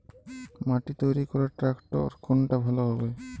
মাটি তৈরি করার ট্রাক্টর কোনটা ভালো হবে?